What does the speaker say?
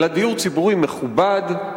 אלא דיור ציבורי מכובד,